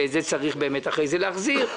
שאת זה צריך אחרי כן להחזיר,